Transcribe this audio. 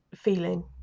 Feeling